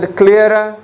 clearer